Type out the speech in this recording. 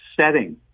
setting